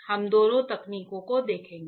हम दोनों तकनीकों को देखेंगे